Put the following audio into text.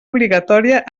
obligatòria